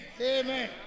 Amen